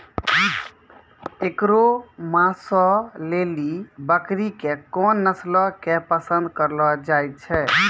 एकरो मांसो लेली बकरी के कोन नस्लो के पसंद करलो जाय छै?